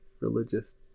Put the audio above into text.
religious